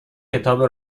کتاب